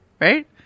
right